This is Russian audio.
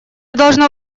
должно